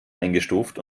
eingestuft